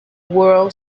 world